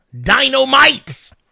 dynamite